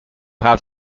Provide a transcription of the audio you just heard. have